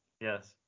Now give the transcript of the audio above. Yes